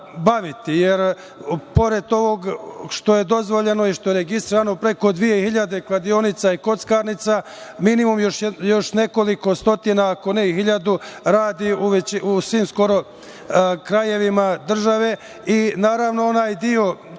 jer pored toga što je dozvoljeno i što je registrovano preko 2.000 kladionica i kockarnica, minimum još nekoliko stotina, ako ne i 1.000, radi u svim skoro krajevima države. I, naravno, onaj deo